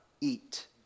eat